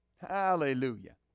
Hallelujah